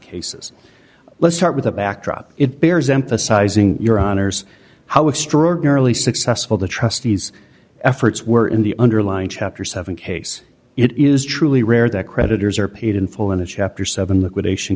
cases let's start with a backdrop it bears emphasizing your honour's how extraordinarily successful the trustees efforts were in the underlying chapter seven case it is truly rare that creditors are paid in full in the chapter seven liquidation